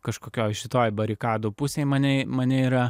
kažkokioj šitoj barikadų pusėjemane yra